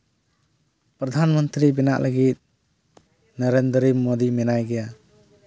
ᱯᱨᱚᱫᱷᱟᱱ ᱢᱚᱱᱛᱨᱤ ᱵᱮᱱᱟᱜ ᱞᱟᱹᱜᱤᱫ ᱱᱚᱨᱮᱱᱫᱨᱚ ᱢᱳᱫᱤ ᱢᱮᱱᱟᱭ ᱜᱮᱭᱟ